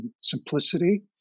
simplicity